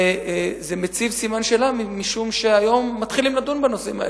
וזה מציב סימן שאלה משום שהיום מתחילים לדון בנושאים האלה,